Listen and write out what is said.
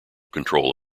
control